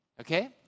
okay